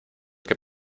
que